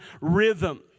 rhythm